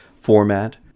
format